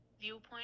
viewpoint